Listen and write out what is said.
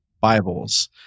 Bibles